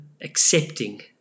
accepting